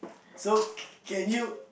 so can can you